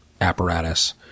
apparatus